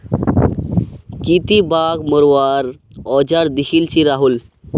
की ती बाघ मरवार औजार दखिल छि राहुल